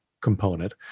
component